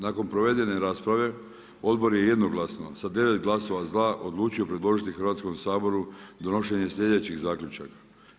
Nakon provedene rasprave, odbor je jednoglasno, sa 9 glasova za, odlučio predložiti Hrvatskom saboru, donošenje sljedećih zaključaka.